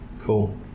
Cool